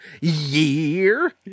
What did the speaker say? year